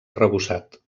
arrebossat